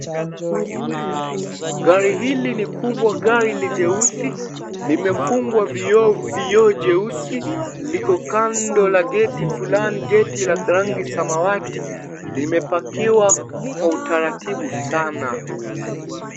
Gari hili ni kubwa, gari jeusi. Limefungwa vioo jeusi. Liko kando la geti fulani. Geti la rangi samawati. Limepakiwa kwa utaratibu sana.